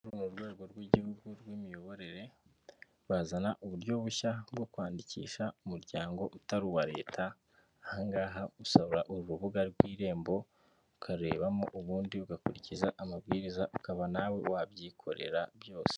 Mu rwego rw'igihugu rw'imiyoborere bazana uburyo bushya bwo kwandikisha umuryango utari uwa leta ahangaha usaba urubuga rw'irembo ukarebamo ubundi ugakurikiza amabwiriza ukaba nawe wabyikorera byose.